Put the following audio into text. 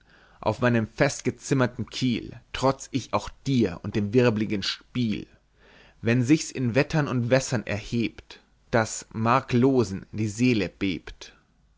auf meinem fest gezimmerten kiel trotz ich auch dir und dem wirbligen spiel wenn sich's in wettern und wässern erhebt daß marklosen die seele bebt